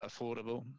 affordable